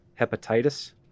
hepatitis